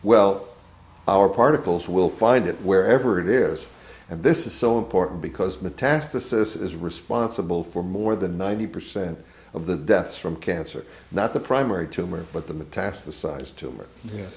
well our particles will find it wherever it is and this is so important because metastasis is responsible for more than ninety percent of the deaths from cancer not the primary tumor but the metastasized tumor